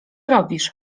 robisz